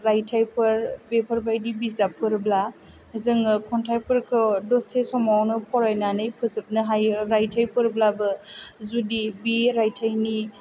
रायथाइफोर बेफोरबायदि बिजाबफोरब्ला जोङो खन्थाइफोरखौ दसे समावनो फरायनानै फोजोबनो हायो रायथाइफोरब्लाबो जुदि बे रायथाइनि